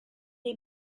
est